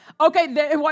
Okay